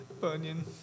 Bunyan